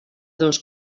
dos